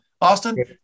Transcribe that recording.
Austin